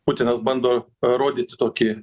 putinas bando parodyti tokį